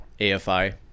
afi